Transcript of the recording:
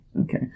Okay